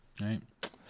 right